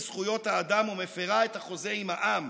לזכויות האדם או מפירה את החוזה עם העם,